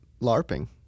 LARPing